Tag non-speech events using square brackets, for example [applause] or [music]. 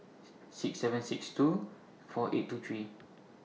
[noise] six seven six two four eight two three